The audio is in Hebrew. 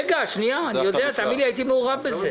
רגע, שנייה, אני יודע, האמן לי שהייתי מעורב בזה.